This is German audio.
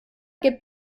gibt